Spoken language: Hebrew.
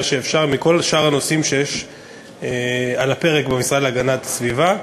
שאפשר מכל שאר הנושאים שעל הפרק במשרד להגנת הסביבה.